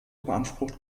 beansprucht